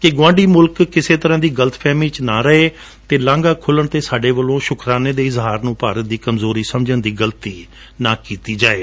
ਕਿ ਗੁਆਂਢੀ ਮੁਲਕ ਕਿਸੇ ਤਰ੍ਹਾਂ ਦੀ ਗਲਤਫਹਿਮੀ ਵਿਚ ਨਾ ਰਹੇ ਅਤੇ ਲਾਂਘਾ ਖੁੱਲ੍ਹਣ ਤੇ ਸਾਡੇ ਵੱਲੋਂ ਸ਼ੁਕਰਾਨਿਆਂ ਦੇ ਇਜਹਾਰ ਨੂੰ ਭਾਰਤ ਦੀ ਕਮਜੋਰੀ ਸਮਝਣ ਦੀ ਗਲਤੀ ਨਾ ਕੀਤੀ ਜਾਵੇ